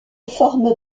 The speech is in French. forme